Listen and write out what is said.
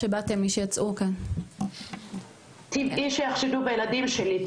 שלי, טבעי שיחשדו בנו.